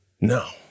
no